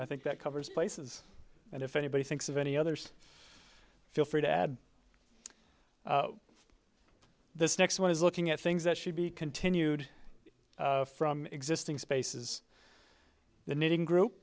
i think that covers places and if anybody thinks of any others feel free to add this next one is looking at things that should be continued from existing spaces the knitting group